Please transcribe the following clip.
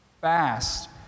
fast